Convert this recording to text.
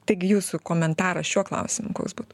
tai gi jūsų komentaras šiuo klausimu koks būtų